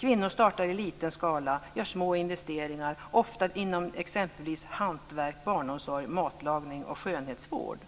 Kvinnor startar i liten skala, gör små investeringar, ofta inom exempelvis hantverk, barnomsorg, matlagning och skönhetsvård.